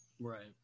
right